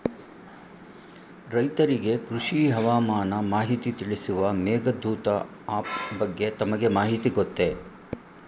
ರೈತರಿಗೆ ಕೃಷಿ ಹವಾಮಾನ ಮಾಹಿತಿ ತಿಳಿಸುವ ಮೇಘದೂತ ಆಪ್ ಬಗ್ಗೆ ತಮಗೆ ಮಾಹಿತಿ ಗೊತ್ತೇ?